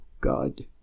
God